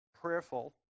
prayerful